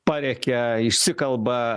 parėkia išsikalba